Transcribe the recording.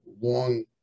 long